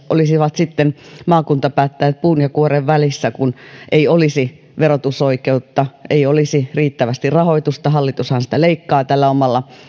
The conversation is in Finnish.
olisivat maakuntapäättäjät puun ja kuoren välissä kun ei olisi verotusoikeutta ei olisi riittävästi rahoitusta hallitushan sitä leikkaa tällä omalla